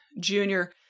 Junior